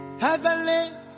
Heavenly